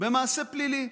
במעשה פלילי.